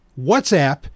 WhatsApp